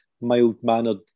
mild-mannered